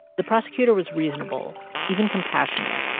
the prosecutor was reasonable even compassionate.